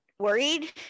worried